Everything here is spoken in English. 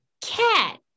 cat